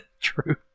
true